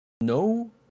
no